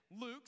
Luke